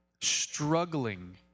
struggling